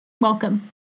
Welcome